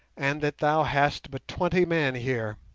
and that thou hast but twenty men here.